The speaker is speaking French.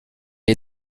est